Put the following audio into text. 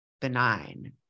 benign